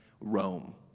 Rome